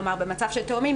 כלומר במצב של תאומים.